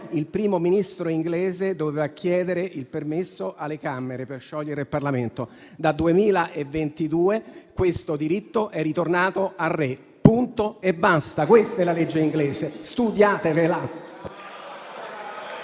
il Primo Ministro inglese doveva chiedere il permesso alle Camere per sciogliere il Parlamento. Dal 2022 questo diritto è ritornato al re, punto e basta. Questa è la legge inglese, studiatevela.